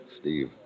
Steve